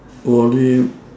volley